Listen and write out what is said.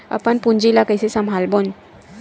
अपन पूंजी ला कइसे संभालबोन?